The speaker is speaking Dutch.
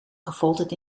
gefolterd